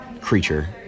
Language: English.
creature